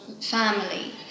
family